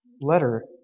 letter